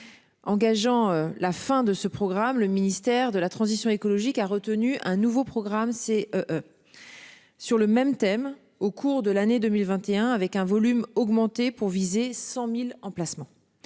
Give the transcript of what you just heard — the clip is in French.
Engageant la fin de ce programme. Le ministère de la transition écologique a retenu un nouveau programme c'est. Sur le même thème. Au cours de l'année 2021 avec un volume augmenter pour viser 100.000 emplacements.